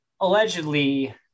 Allegedly